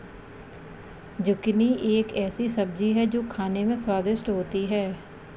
zucchini एक ऐसी सब्जी है जो खाने में स्वादिष्ट होती है